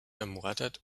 ermordet